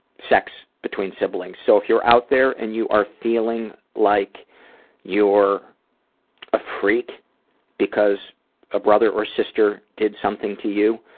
sex between siblings so if you're out there and you are feeling like you're a freak because a brother or sister did something to you,